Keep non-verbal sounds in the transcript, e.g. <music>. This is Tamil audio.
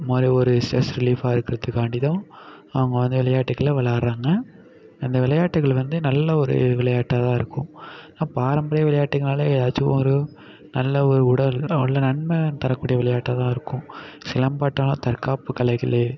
அது மாதிரி ஒரு ஸ்ட்ரெஸ் ரிலீஃபாக இருக்குறதுக்காண்டி தான் அவங்க வந்து விளையாட்டுக்களை விளாடுறாங்க அந்த விளையாட்டுகள் வந்து நல்ல ஒரு விளையாட்டா தான் இருக்கும் ஆனால் பாரம்பரிய விளையாட்டுங்கனாலே எதாச்சும் ஒரு நல்ல ஒரு உடல் <unintelligible> நன்மை தரக்கூடிய விளையாட்டாகதான் இருக்கும் சிலம்பாட்டம்லாம் தற்காப்பு கலைகள்